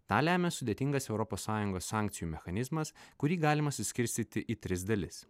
tą lemia sudėtingas europos sąjungos sankcijų mechanizmas kurį galima suskirstyti į tris dalis